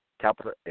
capital